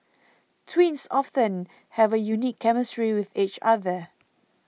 twins often have a unique chemistry with each other